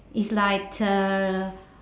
is like uh